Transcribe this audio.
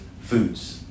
foods